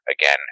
again